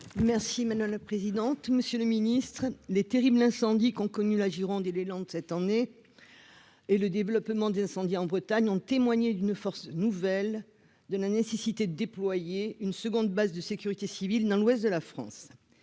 Merci mais ne le présidente, monsieur le Ministre, les terribles incendies qui ont connu la Gironde et les Landes cette année et le développement d'incendies en Bretagne ont témoigné d'une force nouvelle de la nécessité de déployer une seconde base de sécurité civile, dans l'ouest de la France,